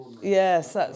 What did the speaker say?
yes